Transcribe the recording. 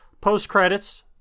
Post-credits